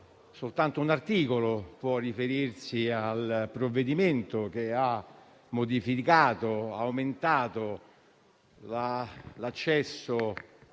soltanto un articolo può riferirsi al titolo del provvedimento, che ha modificato, aumentandolo, l'accesso